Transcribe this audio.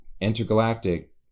Intergalactic